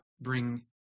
bring